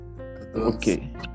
Okay